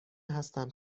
هستم